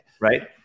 Right